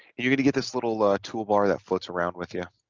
you're gonna get this little ah toolbar that floats around with you